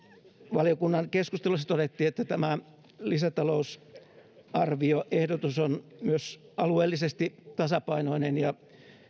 valiokunnan keskusteluissa todettiin että tämä lisätalousarvioehdotus on myös alueellisesti tasapainoinen ja